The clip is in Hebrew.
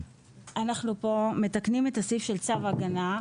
אנחנו פה מתקנים את הסעיף של צו הגנה.